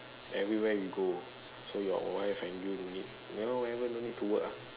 everywhere you go so your wife and you no need ya forever no need to work ah